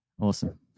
awesome